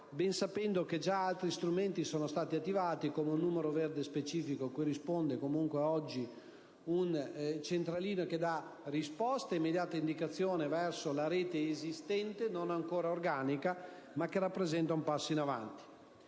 ben sapendo che già altri strumenti sono stati attivati, come un numero verde specifico cui risponde oggi un centralino che dà risposte e immediate indicazioni verso la rete esistente, non ancora organica, ma che rappresenta un passo in avanti.